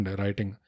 writing